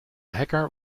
hacker